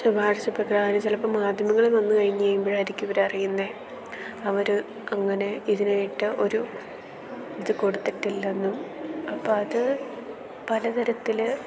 ശുപാർശ പ്രകാരം ചിലപ്പം മാധ്യമങ്ങളിൽ വന്നു കഴിഞ്ഞു കഴിയുമ്പോഴായിരിക്കും ഇവർ അറിയുന്നത് അവർ അങ്ങനെ ഇതിനായിട്ട് ഒരു ഇത് കൊടുത്തിട്ടില്ലെന്നും അപ്പം അത് പലതരത്തിൽ